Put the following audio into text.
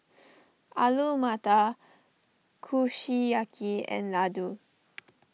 Alu Matar Kushiyaki and Ladoo